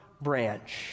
branch